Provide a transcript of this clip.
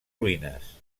ruïnes